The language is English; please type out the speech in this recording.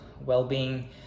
well-being